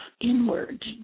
inward